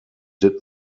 did